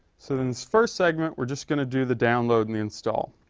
saloons first segment we're just going to do the download and install